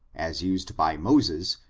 as used by moses,